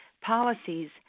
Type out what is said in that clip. policies